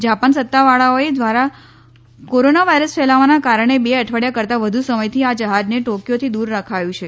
Japan સત્તાવાળાઓ ધ્વારા corona virus ફેલાવાના કારણે બે અઠવાડીયા કરતા વધુ સમયથી આ જહાજને ટોકયોથી દુર રખાયું છે